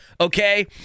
Okay